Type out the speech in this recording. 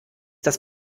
das